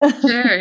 Sure